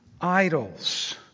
idols